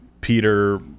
Peter